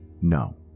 No